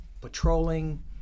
patrolling